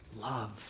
love